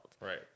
Right